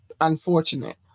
unfortunate